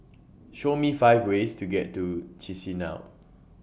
Show Me five ways to get to Chisinau